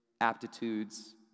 aptitudes